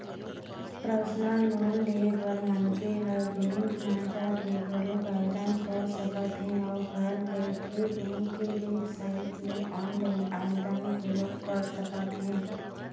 personal loan ले बर मनखे ह बेंक म जाके घलोक आवेदन कर सकत हे अउ घर बइठे बेंक के बेबसाइट ले ऑनलाईन आवेदन घलोक कर सकत हे